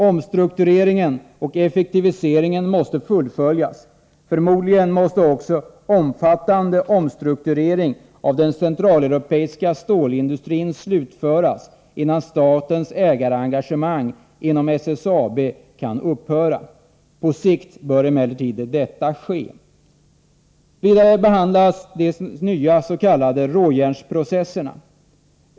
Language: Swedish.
Omstruktureringen och effektiviseringen måste fullföljas. Förmodligen måste också omfattande omstrukturering av den centraleuropeiska stålindustrin slutföras innan statens ägarengagemang i SSAB kan upphöra. På sikt bör emellertid detta ske. Vidare behandlas även de nya s.k. råjärnsprocesserna.